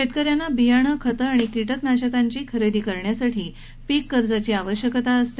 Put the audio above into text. शेतकऱ्यांना बियाणं खतं आणि कीटकनाशकांची खरेदी करण्यासाठी पीक कर्जाची आवश्यकता असते